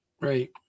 Right